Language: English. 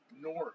north